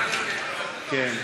כן.